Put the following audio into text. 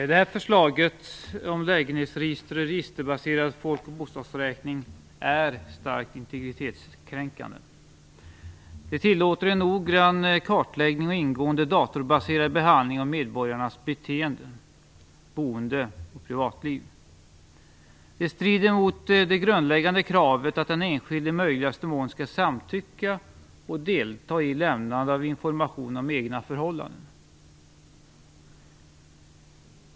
Fru talman! Förslaget om lägenhetsregister och registerbaserad folk och bostadsräkning är starkt integritetskränkande. Det tillåter en noggrann kartläggning och ingående datorbaserad behandling av medborgarnas beteende, boende och privatliv. Det strider mot det grundläggande kravet att den enskilde i möjligaste mån skall samtycka och delta i lämnande av information om egna förhållanden.